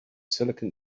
silicon